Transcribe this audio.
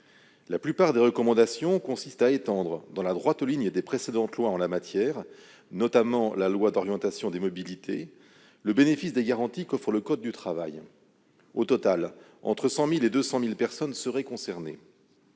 La plupart des recommandations consistent à étendre, dans la droite ligne des précédentes lois en la matière, notamment la loi d'orientation des mobilités, le bénéfice des garanties qu'offre le code du travail. Au total, entre 100 000 et 200 000 personnes seraient concernées.